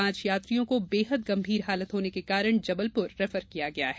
पांच यात्रियों को बेहद गंभीर हालत होने के कारण जबलपुर रेफर किया गया है